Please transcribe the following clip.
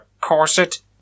corset